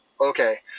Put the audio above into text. okay